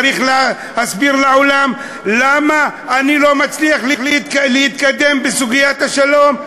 צריך להסביר לעולם למה אני לא מצליח להתקדם בסוגיית השלום,